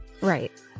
Right